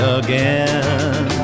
again